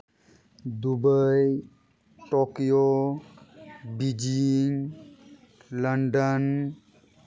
Dubai Tokyo Beijing London